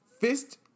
fist